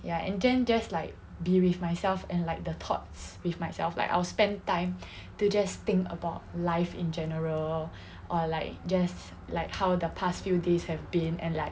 ya and then just like be with myself and like the thoughts with myself like I'll spend time to just think about life in general or like just like how the past few days have been and like